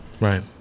Right